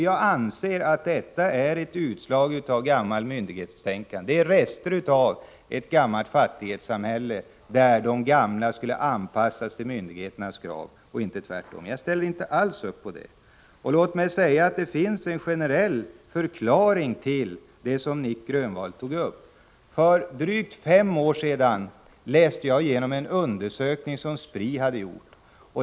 Jag anser att detta är ett utslag av gammalt myndighetstänkande. Det är rester av ett gammalt fattigsamhälle, där de gamla skulle anpassas till myndigheternas krav och inte tvärtom. Jag ställer inte alls upp på det. Låt mig säga att det finns en generell förklaring till det som Nic Grönvall tog upp. För drygt fem år sedan läste jag igenom en undersökning som SPRI hade gjort.